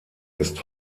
ist